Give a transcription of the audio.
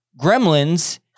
Gremlins